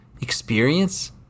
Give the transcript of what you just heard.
experience